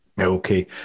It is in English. Okay